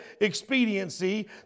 expediency